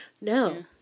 No